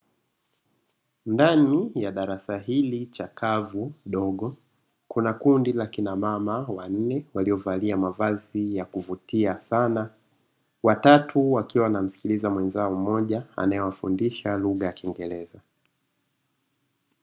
Ndani ya darasa hili chakavu dogo, kuna kundi la kina mama wanne waliovalia mavazi ya kuvutia sana watatu wakiwa wanamsikiliza mwenzao mmoja anaewafundisha lugha ya kiingereza.